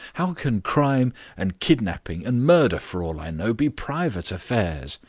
how can crime and kidnapping and murder, for all i know, be private affairs?